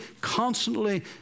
constantly